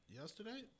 yesterday